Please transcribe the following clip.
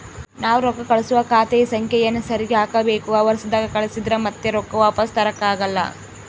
ನಾವು ರೊಕ್ಕ ಕಳುಸುವಾಗ ಖಾತೆಯ ಸಂಖ್ಯೆಯನ್ನ ಸರಿಗಿ ಹಾಕಬೇಕು, ಅವರ್ಸದಾಗ ಕಳಿಸಿದ್ರ ಮತ್ತೆ ರೊಕ್ಕ ವಾಪಸ್ಸು ತರಕಾಗಲ್ಲ